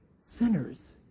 sinners